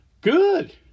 Good